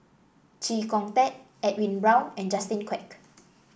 Chee Kong Tet Edwin Brown and Justin Quek